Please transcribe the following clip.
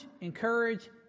encourage